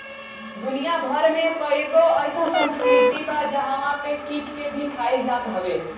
दुनिया भर में कईगो अइसन संस्कृति बा जहंवा पे कीट के भी खाइल जात हवे